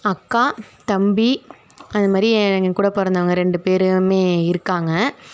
அக்கா தம்பி அந்தமாதிரி என் கூட பிறந்தவுங்க ரெண்டு பேருமே இருக்காங்க